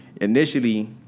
initially